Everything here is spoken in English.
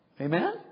Amen